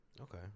Okay